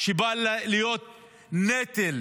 בא להיות נטל